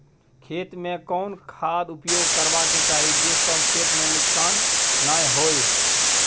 खेत में कोन खाद उपयोग करबा के चाही जे स खेत में नुकसान नैय होय?